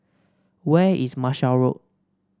where is Marshall Road